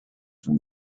from